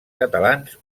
catalans